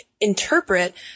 interpret